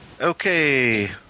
Okay